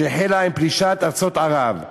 שהחלה עם פלישת ארצות ערב.